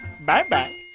Bye-bye